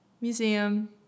museum